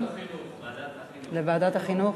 ועדת החינוך.